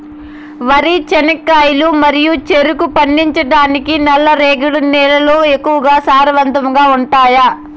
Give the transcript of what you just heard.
వరి, చెనక్కాయలు మరియు చెరుకు పండించటానికి నల్లరేగడి నేలలు ఎక్కువగా సారవంతంగా ఉంటాయా?